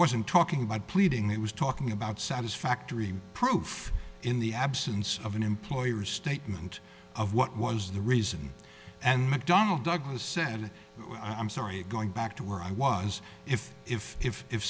wasn't talking about pleading it was talking about satisfactory proof in the absence of an employer's statement of what was the reason and mcdonnell douglas said i'm sorry going back to where i was if if if if